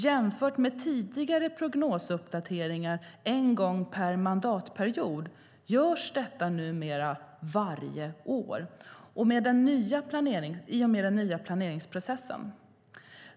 Jämfört med tidigare prognosuppdateringar en gång per mandatperiod görs detta numera varje år i och med den nya planeringsprocessen.